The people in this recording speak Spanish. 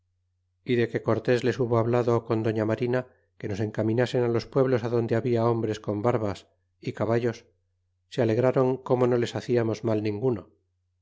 y de que cortés les hubo hablado con doña marina que nos encaminasen los pueblos adonde había hombres con barbas y caballos se alegré ron como no les haciamos mal ninguno